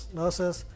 nurses